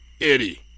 Eddie